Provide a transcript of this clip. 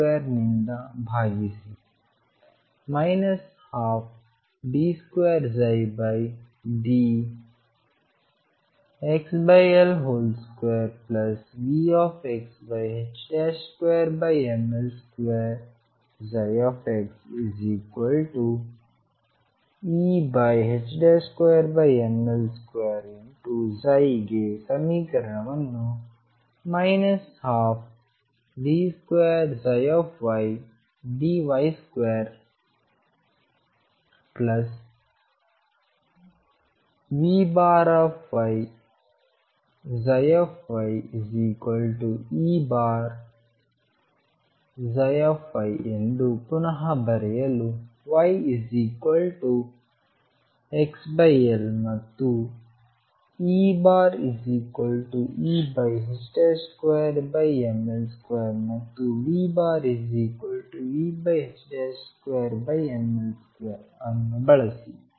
2mL2 ನಿಂದ ಭಾಗಿಸಿ 12d2dxL2Vx2mL2 ψxE2mL2 ψಗೆ ಸಮೀಕರಣವನ್ನು 12d2ydy2V ψyE ψ ಎಂದು ಪುನಃ ಬರೆಯಲು yxL ಮತ್ತುEE2mL2ಮತ್ತು VV2mL2 ಅನ್ನು ಬಳಸಿ